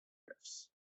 riffs